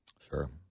sure